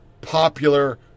popular